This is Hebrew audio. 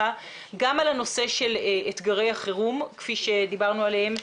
גם על הנושא של אתגרי החירום כפי שדיברנו עליהם,